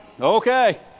Okay